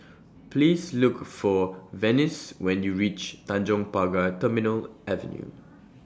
Please Look For Venice when YOU REACH Tanjong Pagar Terminal Avenue